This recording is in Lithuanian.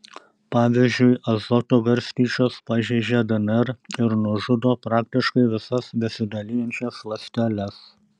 pavyzdžiui azoto garstyčios pažeidžia dnr ir nužudo praktiškai visas besidalijančias ląsteles